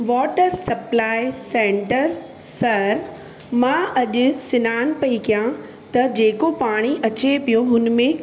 water supply centre सर मां अॼु सनानु पई कयां त जेको पाणी अचे पियो हुन में